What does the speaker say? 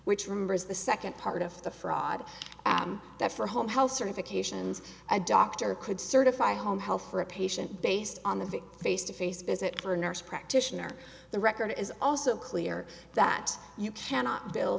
which remember is the second part of the fraud that for home health certifications a doctor could certify home health for a patient based on the face to face visit for a nurse practitioner the record is also clear that you cannot bill